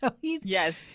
Yes